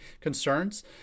concerns